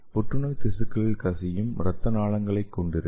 புற்றுநோய் திசுக்களில் கசியும் இரத்த நாளங்களை கொண்டிருக்கும்